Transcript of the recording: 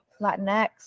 Latinx